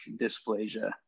dysplasia